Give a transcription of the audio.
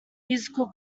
musical